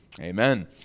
Amen